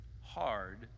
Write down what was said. hard